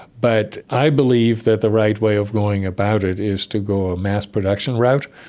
but i believe that the right way of going about it is to go a mass production route,